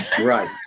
Right